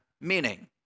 meaning